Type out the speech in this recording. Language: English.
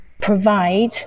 provide